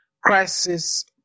crisis